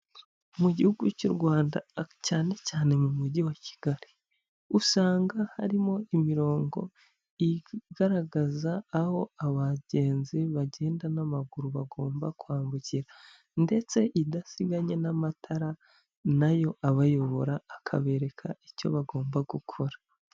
Mu gihugu cy'u Rwanda cyane cyane mu mujyi wa Kigali, usanga harimo imirongo igaragaza aho abagenzi bagenda n'amaguru bagomba kwambukira ndetse idasiganye n'amatara nayo abayobora akabereka icyo bagomba gukora.